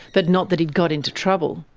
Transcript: but not that he'd got into trouble.